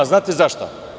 Znate zašto?